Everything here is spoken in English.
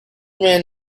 man